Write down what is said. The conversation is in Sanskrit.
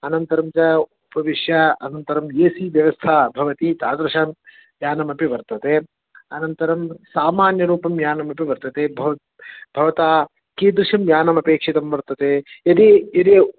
अनन्तरं च उपविश्य अनन्तरम् ए सि व्यवस्था भवति तादृशं यानमपि वर्तते अनन्तरं सामान्यरूपं यानमपि वर्तते भवत् भवता कीदृशं यानमपेक्षितं वर्तते यदि यदि सु